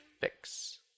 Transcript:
fix